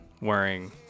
wearing